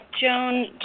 Joan